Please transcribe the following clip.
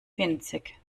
winzig